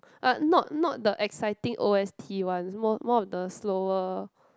uh not not the exciting o_s_t ones more more of the slower